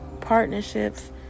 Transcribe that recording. partnerships